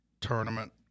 tournament